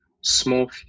small